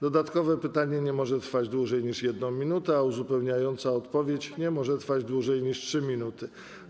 Dodatkowe pytanie nie może trwać dłużej niż 1 minutę, a uzupełniająca odpowiedź nie może trwać dłużej niż 3 minuty.